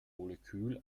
molekül